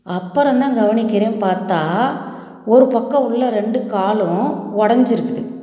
அப்புறந்தான் கவனிக்கிறேன் பார்த்தா ஒரு பக்கம் உள்ளே ரெண்டு காலும் உடஞ்சிருக்குது